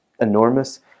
enormous